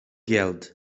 yelled